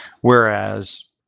Whereas